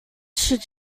should